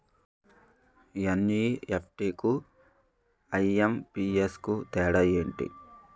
NEFT కు IMPS కు తేడా ఎంటి?